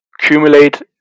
accumulate